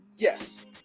Yes